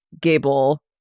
Gable